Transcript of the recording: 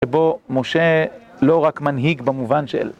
שבו משה לא רק מנהיג במובן של...